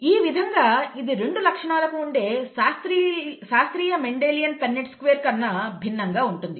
ఈ విధంగా ఇది రెండు లక్షణాలకు ఉండే శాస్త్రీయ మెండెలియన్ పన్నెట్ స్క్వేర్ కన్నా భిన్నంగా ఉంటుంది